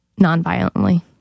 nonviolently